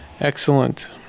Excellent